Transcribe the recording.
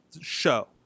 show